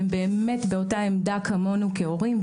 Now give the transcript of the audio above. שהם באמת באותה העמדה כמונו כהורים,